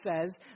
says